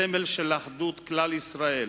הסמל של אחדות כלל ישראל.